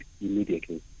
immediately